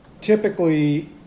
typically